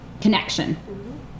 connection